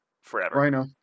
forever